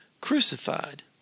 crucified